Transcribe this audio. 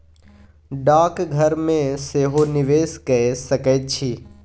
डाकघर मे सेहो निवेश कए सकैत छी